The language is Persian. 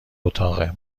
اتاقه